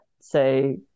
say